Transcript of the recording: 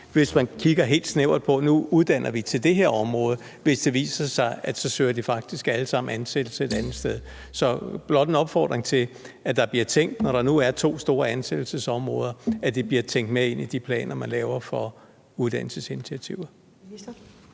hvis man kigger helt snævert på, at nu uddanner vi til det her område, og at det så viser sig, at de alle sammen faktisk søger ansættelse et andet sted. Så det er blot en opfordring til, når der nu er to store ansættelsesområder, at det bliver tænkt med ind i de planer, man laver, for uddannelsesinitiativer.